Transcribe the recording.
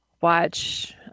watch